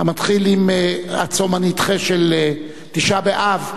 שמתחיל עם הצום הנדחה של תשעה באב,